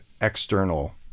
external